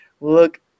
look